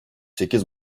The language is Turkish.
sekiz